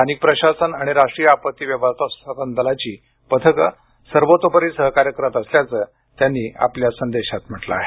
स्थानिक प्रशासन आणि राष्ट्रीय आपत्ती व्यवस्थापन दलाची पथकं सर्वतोपरी सहकार्य करत असल्याचं त्यांनी आपल्या संदेशात म्हटलं आहे